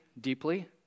deeply